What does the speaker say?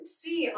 see